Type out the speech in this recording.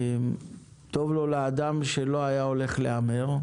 טוב לו לאדם שלא היה הולך להמר,